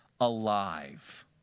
alive